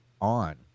on